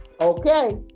Okay